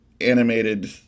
animated